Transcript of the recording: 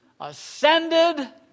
ascended